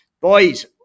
Boys